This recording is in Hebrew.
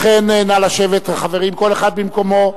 לכן, נא לשבת, חברים, כל אחד במקומו.